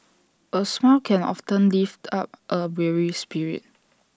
A smile can often lift up A weary spirit